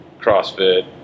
CrossFit